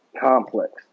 complex